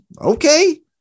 okay